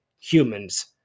humans